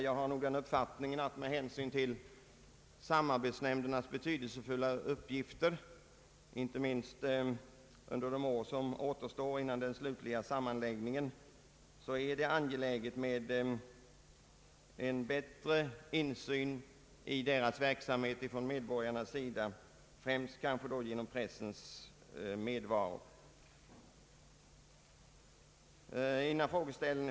Jag har den uppfattningen att med hänsyn till samarbetsnämndernas betydelsefulla uppgifter, inte minst under de år som återstår till den slutliga sammanläggningen av kommunerna, är det angeläget att medborgarna får en bättre insyn i deras verksamhet, kanske främst genom pressens medverkan.